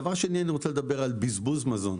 דבר שני, אני רוצה לדבר על בזבוז מזון.